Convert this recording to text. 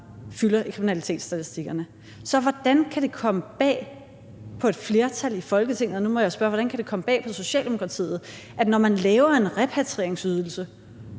fylder i kriminalitetsstatistikkerne. Så hvordan kan det komme bag på et flertal i Folketinget? Og nu må jeg spørge: Hvordan kan det komme bag på Socialdemokratiet, at når man laver en repatrieringsydelse,